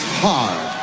hard